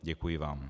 Děkuji vám.